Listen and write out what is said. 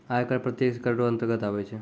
आय कर प्रत्यक्ष कर रो अंतर्गत आबै छै